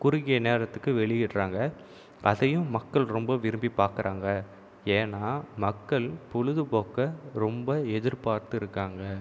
குறுகிய நேரத்துக்கு வெளியிடுகிறாங்க அதையும் மக்கள் ரொம்ப விரும்பி பார்க்குறாங்க ஏன்னா மக்கள் பொழுதுபோக்கை ரொம்ப எதிர்பார்த்திருக்காங்க